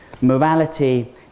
morality